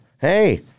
Hey